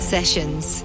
Sessions